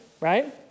Right